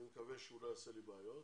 אני מקווה שהוא לא יעשה לי בעיות.